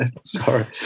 Sorry